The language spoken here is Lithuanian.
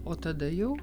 o tada jau